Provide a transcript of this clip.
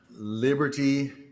Liberty